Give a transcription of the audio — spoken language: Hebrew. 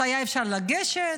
ואפשר היה לגשת,